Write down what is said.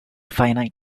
finite